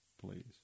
please